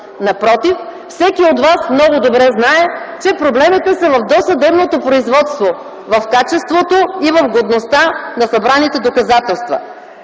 Напротив, всеки от вас много добре знае, че проблемите са в досъдебното производство, в качеството и в годността на събраните доказателства.